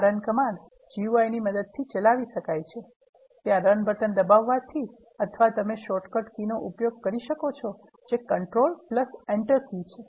આ run command GUI ની મદદથી ચલાવી શકાય છે ત્યાં રન બટન દબાવવાથી અથવા તમે શોર્ટકટ કી નો ઉપયોગ કરી શકો છો જે control enter કી છે